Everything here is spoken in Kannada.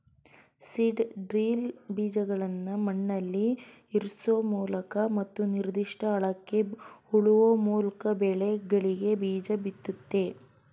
ಸೀಡ್ ಡ್ರಿಲ್ ಬೀಜಗಳ್ನ ಮಣ್ಣಲ್ಲಿಇರ್ಸೋಮೂಲಕ ಮತ್ತು ನಿರ್ದಿಷ್ಟ ಆಳಕ್ಕೆ ಹೂಳುವಮೂಲ್ಕಬೆಳೆಗಳಿಗೆಬೀಜಬಿತ್ತುತ್ತೆ